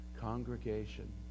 congregation